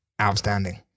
outstanding